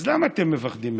אז למה אתם מפחדים מבחירות?